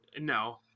No